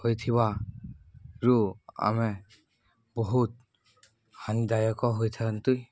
ହୋଇଥିବାରୁ ଆମେ ବହୁତ ହାନିଦାୟକ ହୋଇଥାନ୍ତି